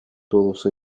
todos